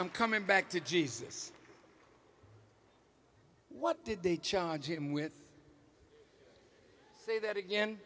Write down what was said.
oem coming back to jesus what did they challenge him with say that again